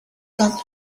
got